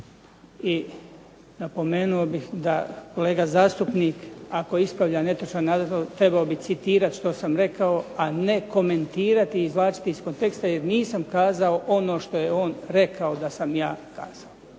i napomenuo bih da kolega zastupnik ako ispravlja netočan navod trebao bi citirat što sam rekao, a ne komentirati i izvlačiti iz konteksta, jer nisam kazao ono što je on rekao da sam ja kazao.